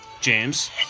James